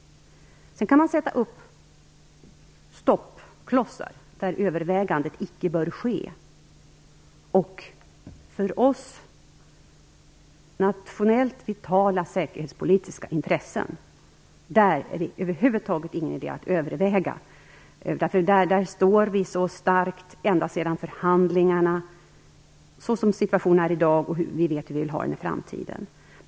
Sedan kan man sätta upp stoppklossar där överväganden icke bör ske. För oss gäller det nationellt vitala säkerhetspolitiska intressen. Där är det över huvud taget ingen idé att överväga detta. Där står vi så starkt ända sedan förhandlingarna. Sådan är situationen i dag, och vi vet hur vi vill ha den i framtiden.